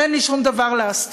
אין לי שום דבר להסתיר,